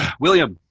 william,